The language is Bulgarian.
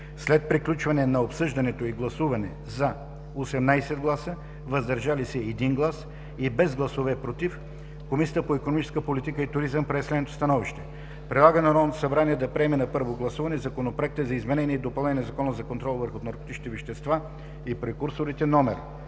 След приключване на обсъждането и гласуване с резултати: „за” – 18 гласа, „въздържали се” – 1 глас и без гласове „против”, Комисията по икономическа политика и туризъм прие следното становище: Предлага на Народното събрание да приеме на първо гласуване Законопроект за изменение и допълнение на Закона за контрол върху наркотичните вещества и прекурсорите,